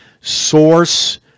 source